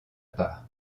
part